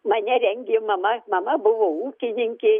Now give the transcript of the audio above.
mane rengė mama mama buvo ūkininkė